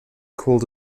called